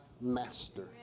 master